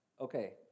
okay